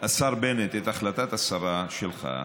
השר בנט, את החלטת השרה שלך,